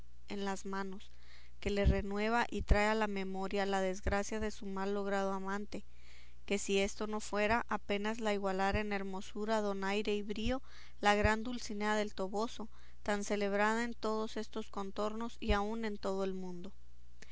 en las manos que le renueva y trae a la memoria la desgracia de su mal logrado amante que si esto no fuera apenas la igualara en hermosura donaire y brío la gran dulcinea del toboso tan celebrada en todos estos contornos y aun en todo el mundo